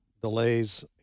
delays